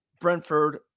Brentford